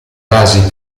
basi